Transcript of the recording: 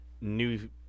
new